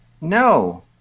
No